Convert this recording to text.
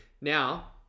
Now